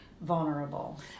vulnerable